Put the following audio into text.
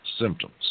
symptoms